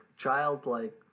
childlike